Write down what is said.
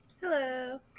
Hello